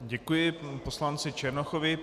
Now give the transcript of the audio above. Děkuji panu poslanci Černochovi.